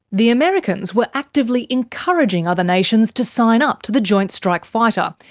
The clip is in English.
the americans were actively encouraging other nations to sign up to the joint strike fighter,